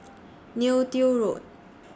Neo Tiew Road